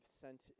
sent